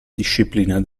disciplina